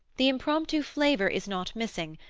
the impromptu flavor is not missing,